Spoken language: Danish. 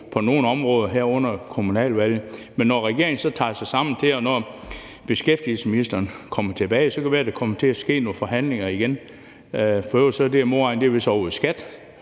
på nogen områder her under kommunalvalget, men når regeringen så tager sig sammen til det og beskæftigelsesministeren kommer tilbage, så kan det være, at der kommer til at være nogle forhandlinger igen. For øvrigt ligger det med modregning vist ovre i